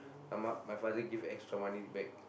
my mum my father give extra money back